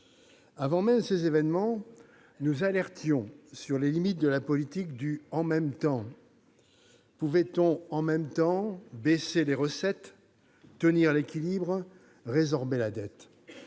Avant même ces événements, nous alertions sur les limites de la politique du « en même temps ». Pouvait-on « en même temps » baisser les recettes, tenir l'équilibre et résorber la dette ?